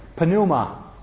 pneuma